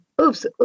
oops